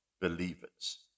believers